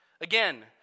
Again